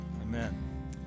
Amen